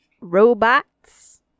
Robots